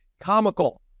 comical